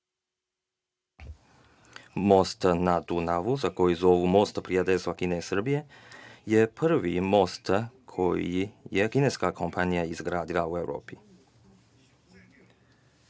na Dunavu, koji zovu Most prijateljstva Kine i Srbije, je prvi most koji je kineska kompanija izgradila u Evropi. Niz